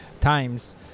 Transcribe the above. times